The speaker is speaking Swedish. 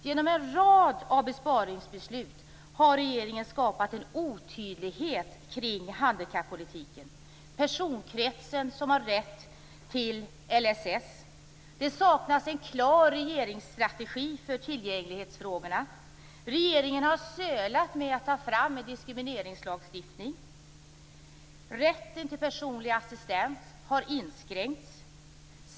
Genom en rad besparingsbeslut har regeringen skapat en otydlighet kring handikappolitiken för personkretsen som har rätt till LSS. Det saknas en klar regeringsstrategi i tillgänglighetsfrågorna. Regeringen har sölat med att ta fram en diskrimineringslagstiftning. Rätten till personlig assistent har inskränkts.